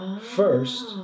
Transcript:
first